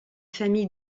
famille